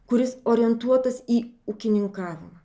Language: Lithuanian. kuris orientuotas į ūkininkavimą